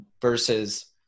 versus